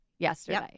yesterday